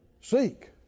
Seek